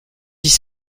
dix